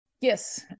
Yes